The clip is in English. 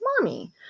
mommy